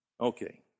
Okay